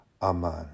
aman